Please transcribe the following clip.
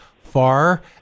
far